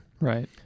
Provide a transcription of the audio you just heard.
Right